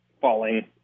falling